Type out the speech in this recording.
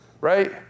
Right